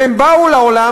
והם באו לעולם,